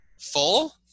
Full